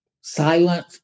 silent